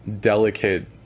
delicate